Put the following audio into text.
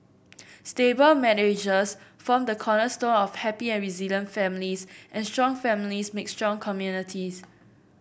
stable marriages form the cornerstone of happy and resilient families and strong families make strong communities